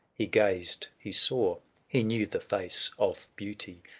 he gazed, he saw he knew the face of beauty,